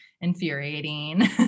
infuriating